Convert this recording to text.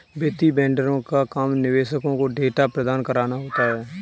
वित्तीय वेंडरों का काम निवेशकों को डेटा प्रदान कराना होता है